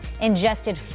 ingested